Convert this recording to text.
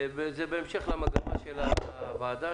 וזה בהמשך למגמה של הוועדה,